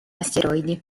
asteroidi